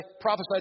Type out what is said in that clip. prophesied